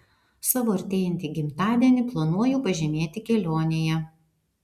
savo artėjantį gimtadienį planuoju pažymėti kelionėje